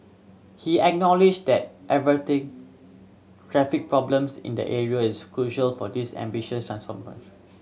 he acknowledged that averting traffic problems in the area is crucial for this ambitious